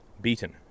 beaten